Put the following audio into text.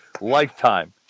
Lifetime